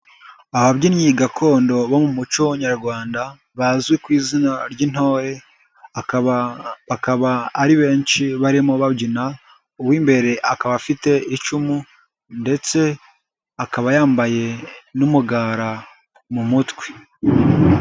Ababyinnyi gakondo bo mu muco nyarwanda bazwi ku izina ry'intore bakaba ari benshi barimo babyina uw'imbere akaba afite icumu ndetse akaba yambaye n'umugara mu mutwe.